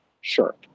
Sure